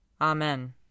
Amen